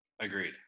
Agreed